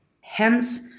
Hence